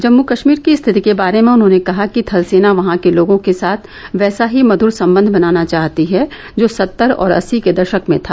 जम्मू कश्मीर की स्थिति के बारे में उन्होंने कहा कि थलसेना वहां के लोगों के साथ वैसा ही मधूर संबंध बनाना चाहती है जो सत्तर और अस्सी के दशक में था